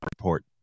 report